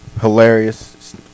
hilarious